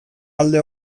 alde